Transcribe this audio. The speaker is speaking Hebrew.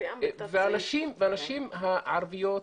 והנשים הערביות